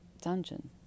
dungeon